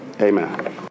Amen